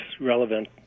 relevant